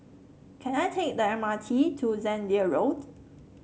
can I take the M R T to Zehnder Road